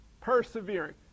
persevering